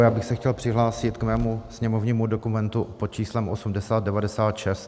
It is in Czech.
Já bych se chtěl přihlásit k mému sněmovnímu dokumentu pod číslem 8096.